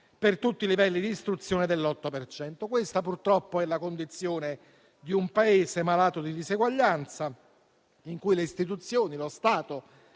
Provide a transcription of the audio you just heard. per tutti i livelli di istruzione, dell'8 per cento. Questa, purtroppo, è la condizione di un Paese malato di diseguaglianza, in cui le istituzioni, lo Stato,